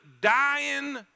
dying